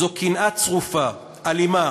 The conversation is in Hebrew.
זו קנאה צרופה, אלימה,